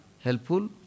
helpful